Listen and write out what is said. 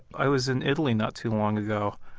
i was in italy not too long ago.